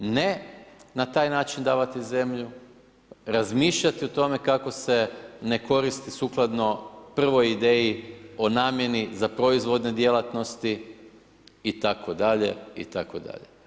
Ne na taj način davati zemlju, razmišljati o tome kako se ne koristi sukladno prvoj ideji o namjeni za proizvodne djelatnosti itd., itd.